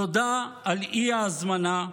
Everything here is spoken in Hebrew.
תודה על האי-הזמנה.